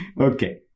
Okay